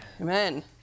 Amen